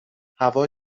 هوا